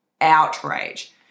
outrage